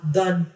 done